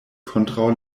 kontraŭ